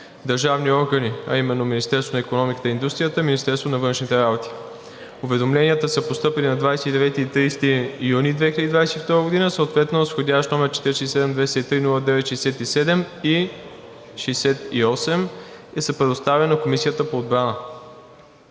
държавни органи, а именно Министерството на икономиката и индустрията и Министерството на външните работи. Уведомленията са постъпили на 29 и 30 юни 2022 г., съответно с вх. № 47-203-09-67 и 68 и са предоставени на Комисията по отбрана.